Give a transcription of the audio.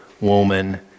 woman